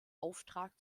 auftrag